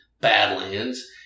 Badlands